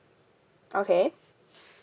okay